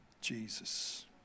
Jesus